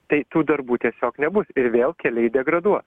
tai tų darbų tiesiog nebus ir vėl keliai degraduo